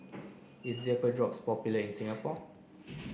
is Vapodrops popular in Singapore